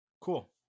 cool